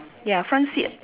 ya front seat